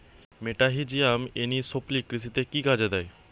মেটাহিজিয়াম এনিসোপ্লি কৃষিতে কি কাজে দেয়?